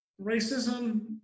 Racism